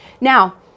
Now